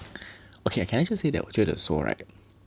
okay can I just say that 我觉得说 right